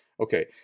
Okay